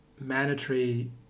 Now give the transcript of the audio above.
mandatory